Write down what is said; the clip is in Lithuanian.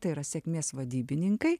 tai yra sėkmės vadybininkai